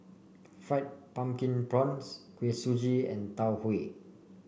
Fried Pumpkin Prawns Kuih Suji and Tau Huay